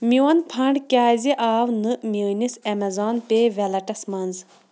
میون فنڈ کیٛازِ آو نہٕ میٲنِس اَمیزن پے ویلٹَس منٛز